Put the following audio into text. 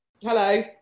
Hello